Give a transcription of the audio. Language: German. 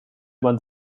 man